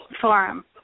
forum